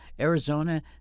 Arizona